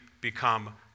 become